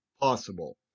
possible